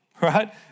Right